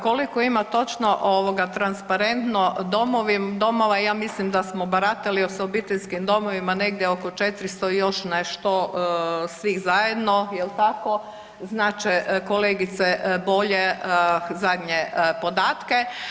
Koliko ima točno ovoga transparentno domova ja mislim da smo baratali s obiteljskim domovima negdje oko 400 i još nešto svih zajedno, jel tako, znat će kolegice bolje zadnje podatke.